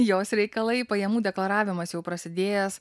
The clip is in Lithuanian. jos reikalai pajamų deklaravimas jau prasidėjęs